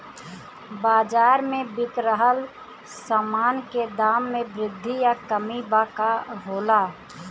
बाज़ार में बिक रहल सामान के दाम में वृद्धि या कमी कब होला?